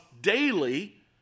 daily